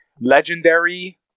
legendary